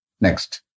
Next